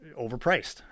overpriced